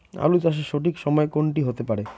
আলু চাষের সঠিক সময় কোন টি হতে পারে?